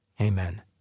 Amen